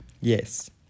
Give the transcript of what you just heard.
yes